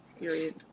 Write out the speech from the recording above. Period